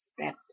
step